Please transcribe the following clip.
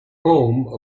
home